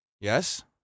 Yes